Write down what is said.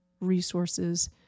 resources